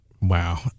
Wow